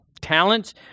talents